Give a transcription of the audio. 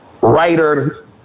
writer